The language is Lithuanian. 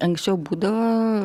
anksčiau būdavo